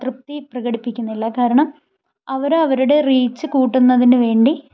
തൃപ്തി പ്രകടിപ്പിക്കുന്നില്ല കാരണം അവർ അവരുടെ റീച്ച് കൂട്ടുന്നതിന് വേണ്ടി